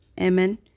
Amen